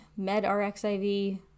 MedRxiv